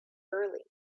early